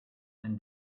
and